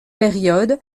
période